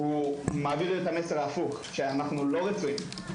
מעביר את המסר ההפוך שאנחנו לא רצויים.